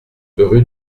rue